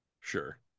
Sure